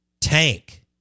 Tank